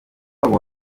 wabo